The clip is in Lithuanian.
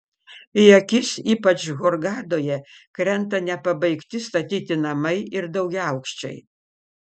į akis ypač hurgadoje krenta nepabaigti statyti namai ir daugiaaukščiai